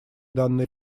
данной